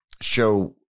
show